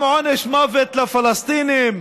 פעם עונש מוות לפלסטינים,